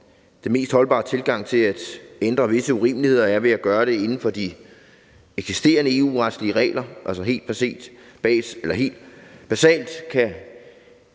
den mest holdbare tilgang til at ændre visse urimeligheder er ved at gøre det inden for de eksisterende EU-retlige regler. Altså, helt basalt kan